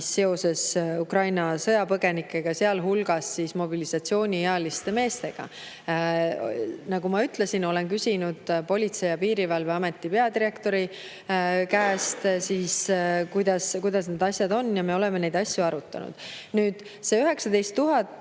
ajal seoses Ukraina sõjapõgenikega, sealhulgas mobilisatsiooniealiste meestega. Nagu ma ütlesin, olen küsinud Politsei- ja Piirivalveameti peadirektori käest, kuidas need asjad on, ja me oleme neid asju arutanud. Need 19 600